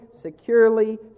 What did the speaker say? securely